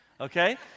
okay